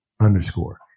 underscore